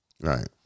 Right